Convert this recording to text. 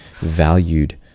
valued